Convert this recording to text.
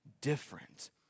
different